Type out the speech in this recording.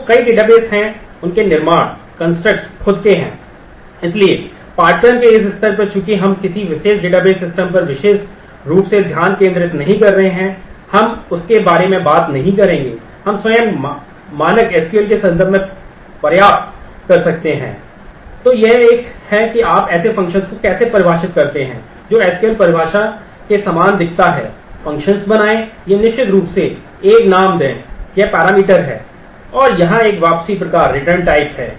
तो कई डेटाबेस हैं उनके निर्माण है